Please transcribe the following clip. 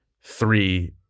three